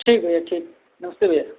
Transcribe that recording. ठीक भइया ठीक नमस्ते भइया